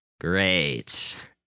Great